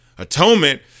Atonement